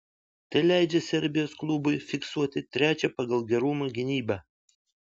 tai leidžia serbijos klubui fiksuoti trečią pagal gerumą gynybą